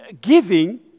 giving